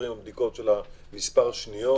בדיקות של מספר שניות